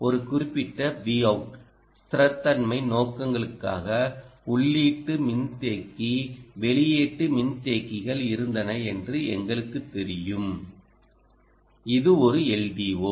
ஒரு குறிப்பிட்ட Vout ஸ்திரத்தன்மை நோக்கங்களுக்காக உள்ளீட்டு மின்தேக்கி வெளியீட்டு மின்தேக்கிகள் இருந்தன என்று எங்களுக்குத் தெரியும் இது ஒரு LDO